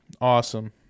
Awesome